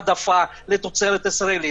אין שום העדפה לתוצרת ישראלית,